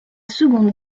seconde